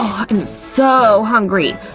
i'm so hungry!